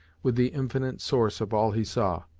with the infinite source of all he saw,